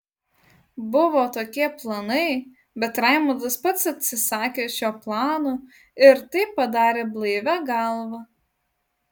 buvo tokie planai bet raimondas pats atsisakė šio plano ir tai padarė blaivia galva